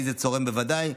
לי זה צורם בוודאי,